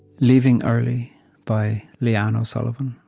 leaving early by leanne o'sullivan